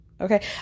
Okay